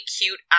cute